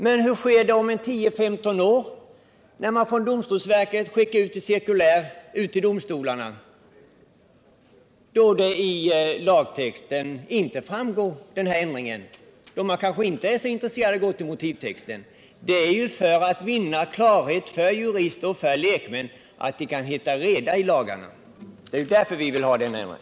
Men vad sker om 10-15 år, när domstolsverket skickar ut ett cirkulär till domstolarna och denna ändring inte framgår av lagtexten? Då är man kanske inte så intresserad av att gå till motivtexten. Det är för att vinna klarhet och ge jurister och lekmän möjlighet att hitta i lagen som vi vill ha denna ändring.